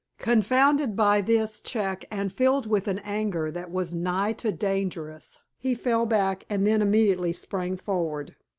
confounded by this check and filled with an anger that was nigh to dangerous, he fell back and then immediately sprang forward.